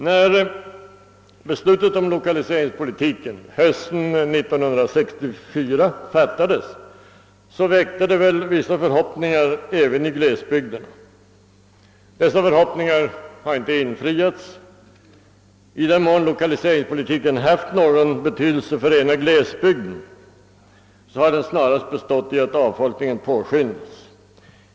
När beslutet om lokaliseringspolitiken hösten 1964 fattades, väckte det väl vissa förhoppningar även i glesbygderna. Dessa förhoppningar har icke infriats. I den mån lokaliseringspolitiken haft någon betydelse för rena glesbygden har den snarast bestått i att avfolkningen påskyndats.